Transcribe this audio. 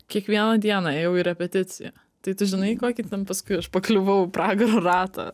kiekvieną dieną ėjau į repeticiją tai tu žinai į kokį ten paskui aš pakliuvau pragaro ratą